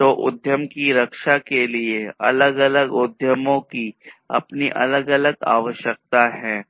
तो उद्यम की रक्षा के लिए अलग अलग उद्यमों की अपनी अलग अलग आवश्यकताएं हैं